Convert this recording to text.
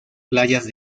playas